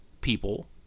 people